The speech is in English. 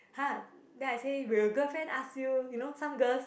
!huh! then I say will your girlfriend ask you you know some girls